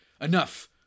enough